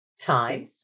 time